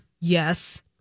Yes